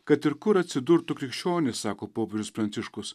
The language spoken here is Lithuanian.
kad ir kur atsidurtų krikščionys sako popiežius pranciškus